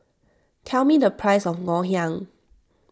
tell me the price of Ngoh Hiang